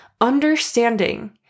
Understanding